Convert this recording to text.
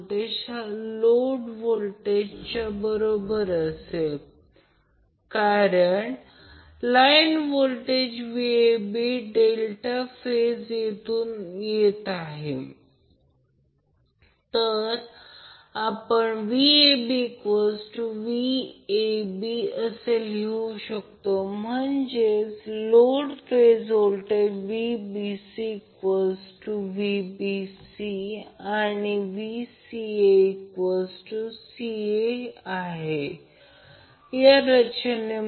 तरआता या कडे पहा किंवा हे सर्किट हा Van आहे हा Vbn आहे आणि हा Vcn आहे आणि हा ∆ connector load Z ∆ Z ∆ Z ∆ आहे तर हा एक लाईन करंट Ia आहे हा लाईन करंट Ib आणि हा लाईन करंट Ic आहे आणि लोडमध्ये फेज करंट हे IAB IBC ICA आहेत IAB हे A ते B आहे IBC हे B ते C आहे आणि ICA हे C ते A आहे तर हा फेज करंट आहे आणि हा लाईन करंट आहे हा लाईन फेज करंट आहे